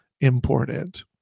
important